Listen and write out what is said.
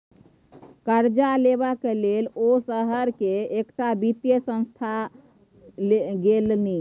करजा लेबाक लेल ओ शहर केर एकटा वित्त संस्थान गेलनि